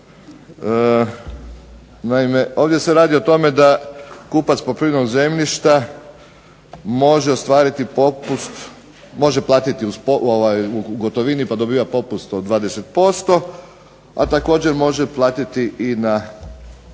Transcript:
ovdje se radi o tome da kupac poljoprivrednog zemljišta može platiti u gotovini dobiva popust od 20% a također može platiti na